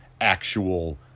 actual